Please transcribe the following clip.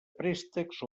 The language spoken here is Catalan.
préstecs